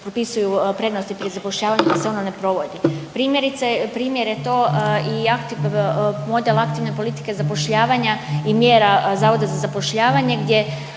prednosti pri zapošljavanju da se ono ne provodi. Primjerice, primjer je to i model aktivne politike zapošljavanja i mjera Zavoda za zapošljavanje